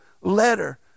letter